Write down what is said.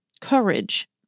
courage